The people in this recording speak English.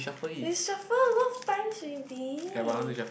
you shuffle a lot of times already